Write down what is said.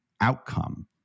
outcome